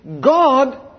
God